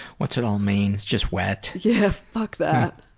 what's it all mean? it's just wet. yeah, fuck that.